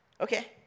okay